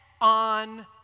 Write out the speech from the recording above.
On